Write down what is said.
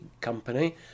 company